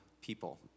people